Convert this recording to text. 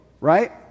right